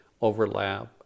overlap